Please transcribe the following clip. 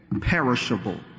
perishable